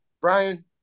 Brian